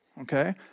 okay